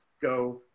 go